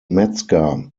metzger